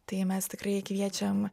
tai mes tikrai kviečiam